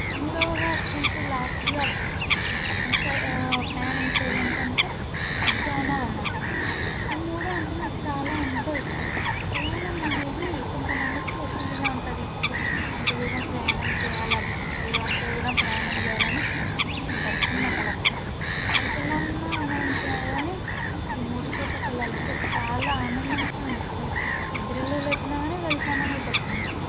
మూడవది అత్యంత లాస్ట్గా ప్ర ప్రయాణించేది ఏంటంటే ఉద్యానవనం ఈ మూడు అంటే నాకు చాలా ఎంతో ఇష్టం ప్రయాణం అనేది కొంతమందికి ఒత్తిడిలా ఉంటుంది ఇప్పుడు అంత దూరం ప్రయాణం చేయాలా బస్సులల్లో అంత దూరం ప్రయాణం చేయాలా అని విసుక్కుంటారు కానీ నాకు అలాగ కాదు ఎక్కడికి వెళ్ళాలన్నా అంటే కానీ ఈ మూడు చోట్లకి వెళ్ళాలి అంటే చాలా ఆనందంగా ఉంటుంది నిద్రలో లేపిన కానీ వెళతాననే చెప్తాను